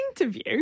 interview